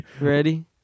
Ready